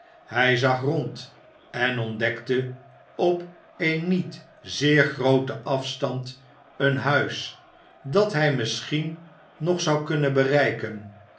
hij zag rond en ontdekte op een niet zeer grooten afstand een huis dat hij misschien nog zou kunnen bereiken